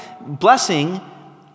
blessing